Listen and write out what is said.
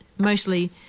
mostly